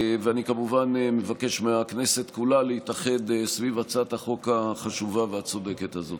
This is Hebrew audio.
אני כמובן מבקש מהכנסת כולה להתאחד סביב הצעת החוק החשובה והצודקת הזאת.